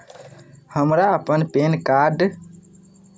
हमरा अपन PAN card